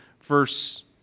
verse